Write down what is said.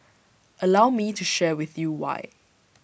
allow me to share with you why